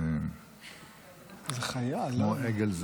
כמו אגל,